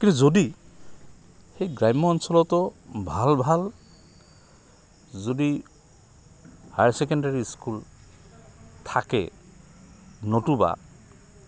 কিন্ত যদি সেই গ্ৰাম্য অঞ্চলতো ভাল ভাল যদি হায়াৰ ছেকেণ্ডাৰী স্কুল থাকে নতুবা